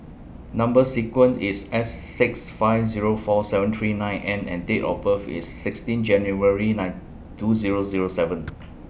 Number sequence IS S six five Zero four seven three nine N and Date of birth IS sixteen January nine two Zero Zero seven